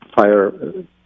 fire